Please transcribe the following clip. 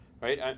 right